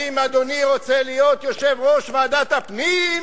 האם אדוני רוצה להיות יושב-ראש ועדת הפנים?